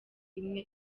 imwe